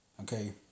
okay